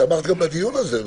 את גם תמכת בדיון הזה,